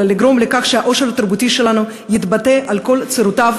אלא לגרום לכך שהעושר התרבותי שלנו יתבטא על כל צורותיו,